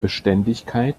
beständigkeit